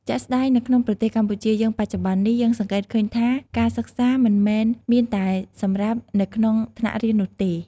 ជាក់ស្តែងនៅក្នុងប្រទេសកម្ពុជាយើងបច្ចុប្បន្ននេះ យើងសង្កេតឃើញថាការសិក្សាមិនមែនមានតែសម្រាប់នៅក្នុងថ្នាក់រៀននោះទេ។